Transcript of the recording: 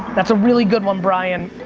that's a really good one brian.